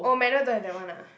oh manual don't have that [one] ah